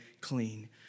clean